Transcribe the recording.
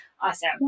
awesome